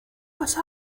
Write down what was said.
what